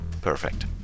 perfect